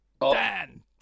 Dan